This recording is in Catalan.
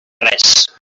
res